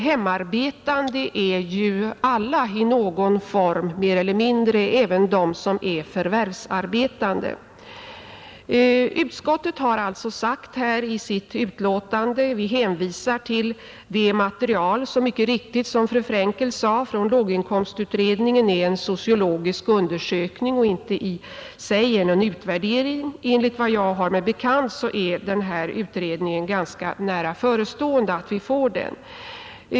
Hemarbetande är ju alla i någon form mer eller mindre, även de som är förvärvsarbetande. Utskottet har i sitt betänkande hänvisat till materialet från låginkomstutredningen, Som fru Frankel mycket riktigt sade, är det en sociologisk undersökning och inte i sig någon utvärdering. Enligt vad jag har mig bekant skall denna utredning ganska snart läggas fram.